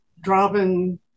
driving